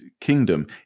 Kingdom